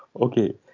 Okay